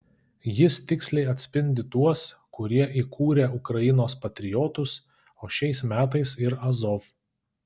jis tiksliai atspindi tuos kurie įkūrė ukrainos patriotus o šiais metais ir azov